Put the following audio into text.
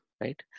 right